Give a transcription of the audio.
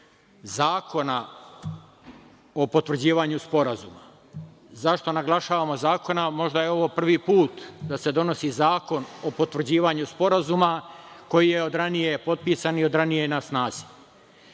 zakona o potvrđivanju sporazuma. Zašto naglašavamo zakona? Možda je ovo prvi put da se donosi zakon o potvrđivanju sporazuma, koji je od ranije potpisan i od ranije je na